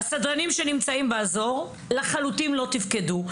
הסדרנים שנמצאו באזור לחלוטין לא תפקדו.